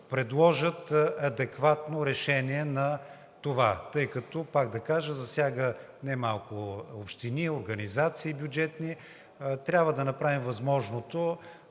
предложат адекватно решение на това, тъй като, пак да кажа, то засяга не малко общини и бюджетни организации. Трябва да направим възможното